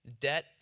Debt